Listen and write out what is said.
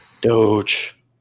Doge